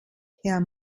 herr